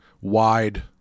wide